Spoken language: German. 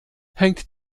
hängt